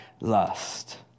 lust